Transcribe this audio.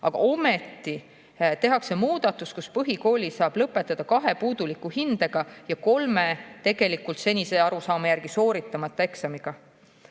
Aga ometi tehakse muudatus, et põhikooli saab lõpetada kahe puuduliku hindega ja kolme, senise arusaama järgi tegelikult sooritamata eksamiga.